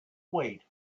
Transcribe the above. wait